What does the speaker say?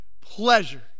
pleasure